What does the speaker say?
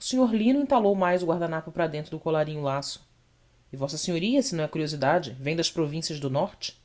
o senhor lino entalou mais o guardanapo para dentro do colarinho lasso e vossa senhoria se não é curiosidade vem das provindas do norte